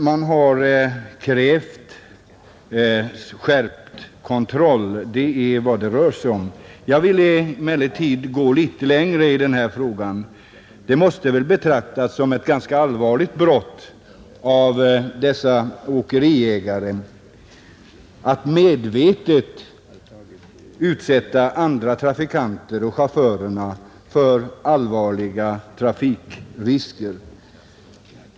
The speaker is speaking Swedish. Man har krävt skärpt kontroll. Det är vad det rör sig om. Jag vill emellertid gå litet längre i denna fråga. Det måste väl betraktas som ett ganska allvarligt brott av dessa åkeriägare att medvetet utsätta andra trafikanter och chaufförerna för allvarliga trafikrisker?